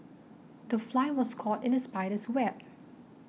the fly was caught in the spider's web